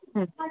ಹ್ಞೂ